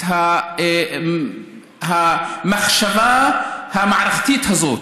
את המחשבה המערכתית הזאת,